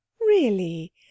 Really